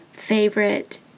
favorite